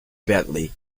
badly